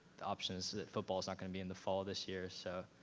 the options is that football is not gonna be in the fall of this year, so